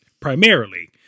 primarily